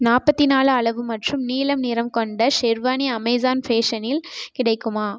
நாற்பத்தி நாலு அளவு மற்றும் நீலம் நிறம் கொண்ட ஷெர்வானி அமேசான் ஃபேஷன் இல் கிடைக்குமா